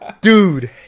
dude